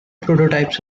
prototypes